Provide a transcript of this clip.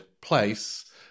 place